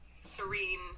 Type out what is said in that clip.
serene